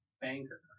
banker